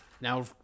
Now